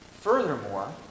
Furthermore